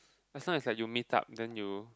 as long as like you meet up then you